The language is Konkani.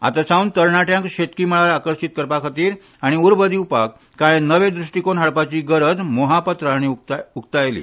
आता सावन तरणाट्यांक शेतकी मळार आकर्शित करपा खातीर आनी उर्बा दिवपाक कांय नवे दृश्टीकोन हाडपाची गरज मोहापात्रा हांणी उक्तायली